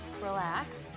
Relax